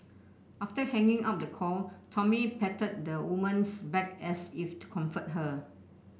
after hanging up the call Tommy patted the woman's back as if to comfort her